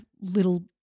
little